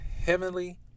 heavenly